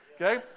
okay